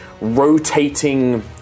rotating